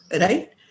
right